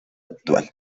actual